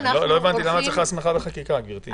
לא הבנתי למה צריך הסמכה בחקיקה, גברתי.